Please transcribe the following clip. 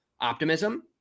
optimism